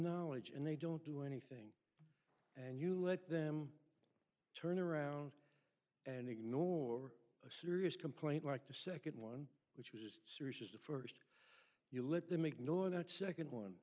knowledge and they don't do anything and you let them turn around and ignore a serious complaint like the second one which is serious is the first you let them make nor that second one